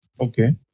Okay